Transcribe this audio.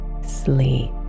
sleep